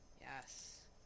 Yes